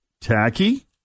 Tacky